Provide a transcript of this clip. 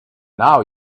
now